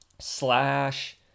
slash